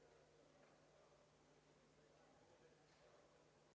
Hvala